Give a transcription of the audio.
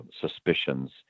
suspicions